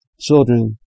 children